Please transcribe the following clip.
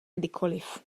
kdykoliv